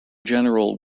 general